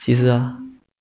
几时啊